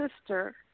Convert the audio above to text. sister